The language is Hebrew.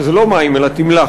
שזה לא מים אלא תמלחת.